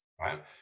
right